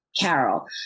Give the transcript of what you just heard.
Carol